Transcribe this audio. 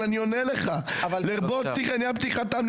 אבל אני עונה לך: לרבות עניין פתיחתם,